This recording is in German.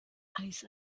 eis